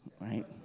right